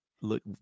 look